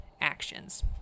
actions